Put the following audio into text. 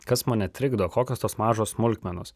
kas mane trikdo kokios tos mažos smulkmenos